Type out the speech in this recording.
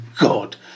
God